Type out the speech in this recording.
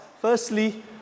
firstly